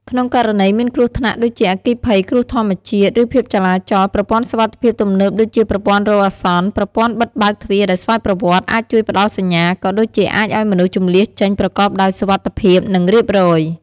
ក្នុងករណីមានគ្រោះថ្នាក់ដូចជា អគ្គិភ័យ គ្រោះធម្មជាតិ ឬភាពចលាចល ប្រព័ន្ធសុវត្ថិភាពទំនើបដូចជាប្រព័ន្ធរោទ៍អាសន្ន ប្រព័ន្ធបិទបើកទ្វារដោយស្វ័យប្រវត្តិ អាចជួយផ្តល់សញ្ញា ក៏ដូចជាអាចឲ្យមនុស្សជម្លៀសចេញប្រកបដោយសុវត្ថិភាព និងរៀបរៀបរយ។